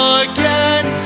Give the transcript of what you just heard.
again